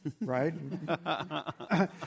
right